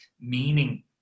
meaning